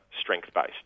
strength-based